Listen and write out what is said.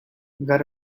got